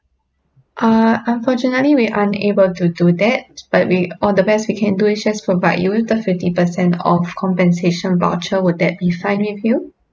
err unfortunately we're unable to do that but we or the best we can do is just provide you with the fifty percent of compensation voucher would that be fine with you